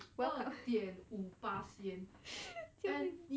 welcome